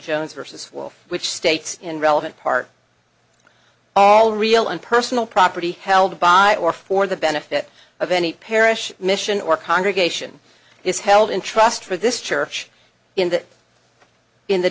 jones versus wolfe which states in relevant part all real and personal property held by or for the benefit of any parish mission or congregation is held in trust for this church in that in the